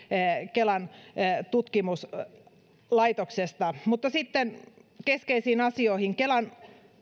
kelan tutkimuslaitoksesta sitten keskeisiin asioihin kelan